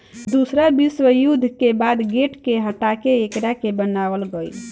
दूसरा विश्व युद्ध के बाद गेट के हटा के एकरा के बनावल गईल